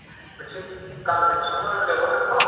मोनसे गामि खाथियावनो लेंहरदोंथ'